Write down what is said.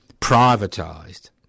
privatised